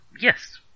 Yes